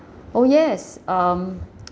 oh yes um